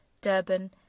Durban